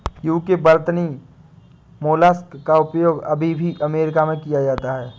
UK वर्तनी mollusc का उपयोग अभी भी अमेरिका में किया जाता है